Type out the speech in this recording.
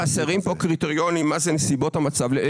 חסרים פה קריטריונים למה זה נסיבות המצב.